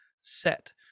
set